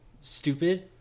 Stupid